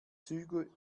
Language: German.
züge